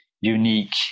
unique